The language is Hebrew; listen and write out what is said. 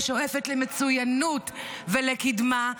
ששואפת למצוינות ולקדמה,